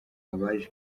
abaje